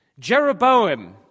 Jeroboam